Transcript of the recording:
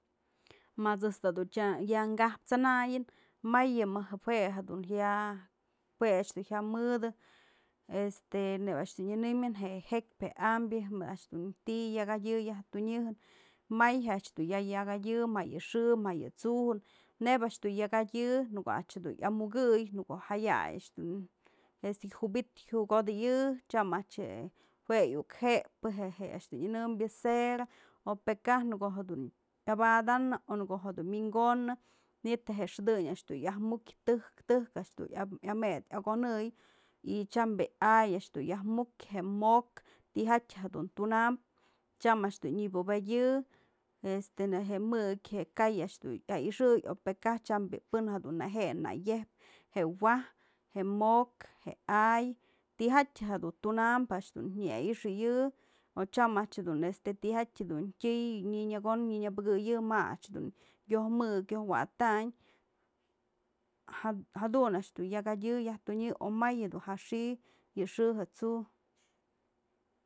Ma ëjt's da dun ya kaptë t'sënayën may yë mëjk jue dun ya jue a'ax dun jya mëdë este neyb a'ax dun nyanëmën, je jekyë je ambyë më a'ax dun ti'i yak jadyë yaj tunyëjën, may a'ax dun yak jadyë ma yë xë, ma yë t'su jën, neyb a'ax dun yak jadyë në ko'o a'ax dun yamukëy, në ko'o jaya'ay a'ax dun este jyubit jyukodëyëtyam a'ax je'e jue iukë jepë je'e a'ax dun nyënënbyë cera o pë kaj yëbadanë, ko'o jedun wi'inkonë, manytë je xëdëny a'ax dun yajmukyë tëjk, tëjk a'ax dun amyët yakonëy y tyam bi'i a'ay yajmukyë, mo'ok tijatyë jedun tunam tyam a'ax jedun nyabupedyë, este je mëykë je ka'ay a'ax dun yä'ixëy o pë kaj tyam bi'i pën jadun ne je'e nayejpë je'e waj, je mo'ok, je a'ay, tujatyë jedun tunam je a'ax nya ayxayë o tyam a'ax dun tyjatyë tyëy, nyënëkonë nyënebëkëyi ma a'ax dun yoj mëjk yoj wa'atanyë ja- jadun a'ax dun yak jatyë yaj tunyë o may jadun ja xi'i yë xë yë t'su.